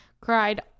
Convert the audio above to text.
cried